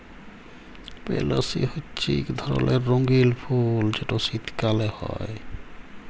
পেলসি হছে ইক ধরলের রঙ্গিল ফুল যেট শীতকাল হ্যয়